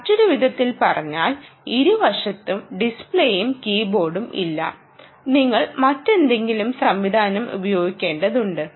മറ്റൊരു വിധത്തിൽ പറഞ്ഞാൽ ഇരുവശത്തും ഡിസ്പ്ലേയും കീബോർഡും ഇല്ല നിങ്ങൾ മറ്റെന്തെങ്കിലും സംവിധാനം ഉപയോഗിക്കേണ്ടതുണ്ട്